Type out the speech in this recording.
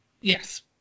Yes